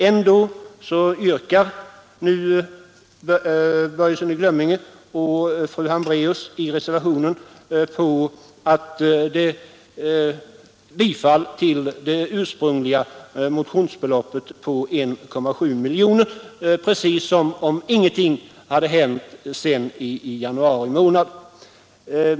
Ändå yrkar herr Börjesson i Glömminge och fru Hambraeus bifall till det ursprungliga motionskravet, 1,7 miljoner kronor, precis som om ingenting hade hänt sedan januari månad.